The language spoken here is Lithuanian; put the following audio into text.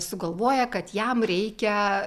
sugalvoja kad jam reikia